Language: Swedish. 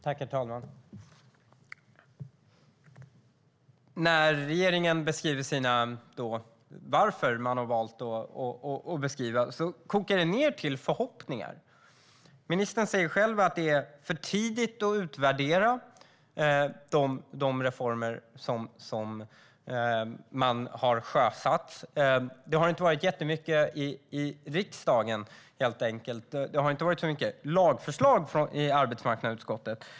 Herr talman! När regeringen redogör för varför man har valt att beskriva läget på det här sättet kokar det ned till förhoppningar. Ministern säger själv att det är för tidigt att utvärdera de reformer som man har sjösatt. Det har inte varit jättemycket i riksdagen, helt enkelt. Det har inte varit så mycket lagförslag i arbetsmarknadsutskottet.